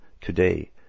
Today